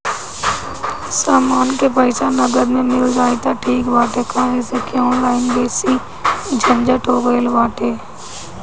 समान के पईसा नगद में मिल जाई त ठीक बाटे काहे से की ऑनलाइन बेसी झंझट हो गईल बाटे